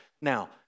Now